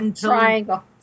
triangle